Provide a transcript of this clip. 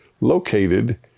located